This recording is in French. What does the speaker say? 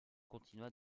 continua